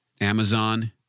Amazon